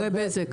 אחרי נציג בזק.